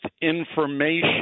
information